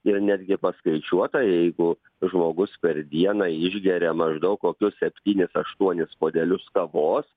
ir netgi paskaičiuota jeigu žmogus per dieną išgeria maždaug kokius septynis aštuonis puodelius kavos